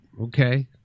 Okay